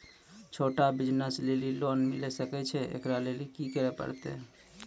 छोटा बिज़नस लेली लोन मिले सकय छै? एकरा लेली की करै परतै